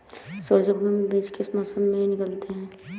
सूरजमुखी में बीज किस मौसम में निकलते हैं?